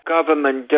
government